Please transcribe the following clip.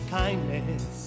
kindness